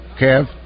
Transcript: Kev